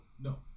No